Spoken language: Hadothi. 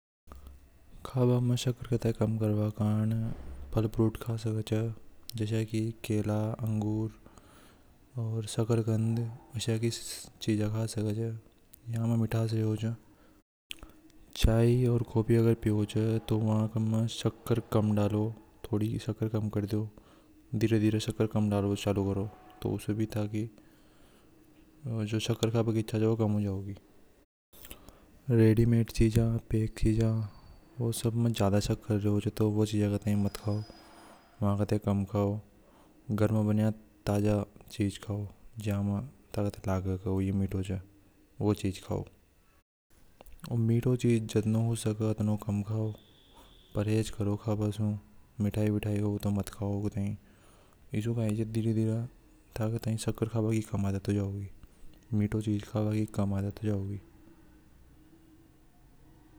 ﻿खबर मशक्कत है काम करवा कांड फल फ्रूट खा से बचाव जैसे कि केला अंगूर और शकरकंद विषय की चीज खास है। यहां में मिठास योजनाचाय और काफी अगर पियूष है तो वहां का मन शक्कर कम डालो थोड़ी शक्कर कम कर दो धीरे-धीरे शंकर कम डालो चालू करो तो उसे भी था किजो शक्कर का बगीचा जाऊंगारेडीमेड चीज। वह सब में ज्यादा शक कर रहे हो मुझे तो वह चीज ज्यादा टाइम मत खाओ मांगते कम खाओ घर में बनिया ताजा चीज खो जमा ताकत लगे तो लिमिट हो जाए वह चीज खोउम्मीद की इज्जत ना हो सके तो नौकरी परहेज करो खबर मिठाई मिठाई हो तो मत खाओ बताएं जाओगे।